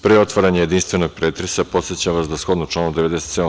Pre otvaranja jedinstvenog pretresa, podsećam vas da shodno članu 97.